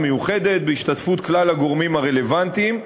מיוחדת, בהשתתפות כלל הגורמים הרלוונטיים,